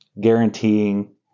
guaranteeing